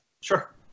Sure